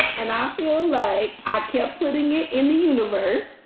and i feel like i kept putting it in the universe.